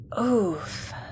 Oof